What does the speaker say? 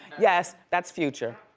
yes, that's future.